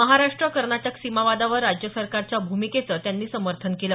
महाराष्ट्र कर्नाटक सीमावादावर राज्य सरकारच्या भूमिकेचं त्यांनी समर्थन केलं